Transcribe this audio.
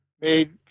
made